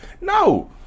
No